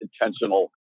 intentional